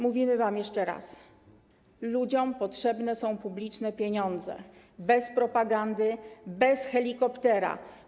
Mówimy wam jeszcze raz: ludziom potrzebne są publiczne pieniądze bez propagandy, bez helikoptera.